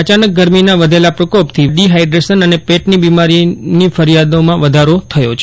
અચાનક ગરમીના વધેલા પ્રકોપથી લોકોમાં ડી હાઇડ્રેશન અને પેટની બીમારીની ફરિયાદોમાં વધારો થયો છે